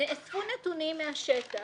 נאספו נתונים מהשטח.